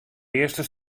earste